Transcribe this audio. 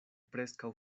preskaŭ